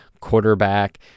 quarterback